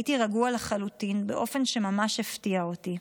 הייתי רגוע לחלוטין באופן שממש הפתיע אותי.